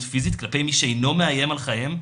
פיזית כלפי מי שאינו מאיים על חייהם,